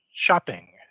Shopping